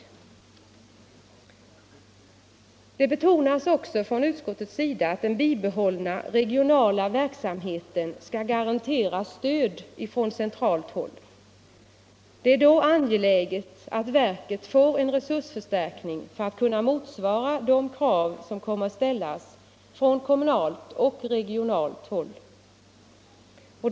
Utskottet betonar också att den bibehållna regionala verksamheten skall garanteras stöd från centralt håll. Det är då angeläget att verket får en resursförstärkning för att kunna motsvara de krav som kommer att ställas från kommunalt och regionalt håll.